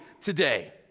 today